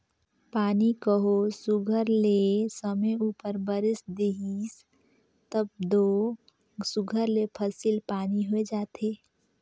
पानी कहों सुग्घर ले समे उपर बरेस देहिस तब दो सुघर ले फसिल पानी होए जाथे